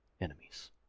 enemies